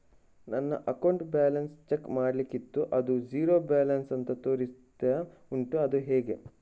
ನನಗೆ ನನ್ನ account balance check ಮಾಡ್ಲಿಕ್ಕಿತ್ತು ಅದು ಝೀರೋ ಬ್ಯಾಲೆನ್ಸ್ ಅಂತ ತೋರಿಸ್ತಾ ಉಂಟು ಅದು ಹೇಗೆ?